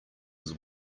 his